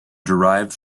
derived